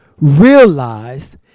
realized